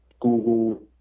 Google